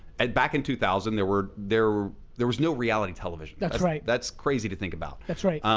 and back in two thousand there were, there there was no reality television. that's right. that's crazy to think about. that's right.